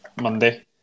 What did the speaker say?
Monday